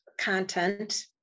content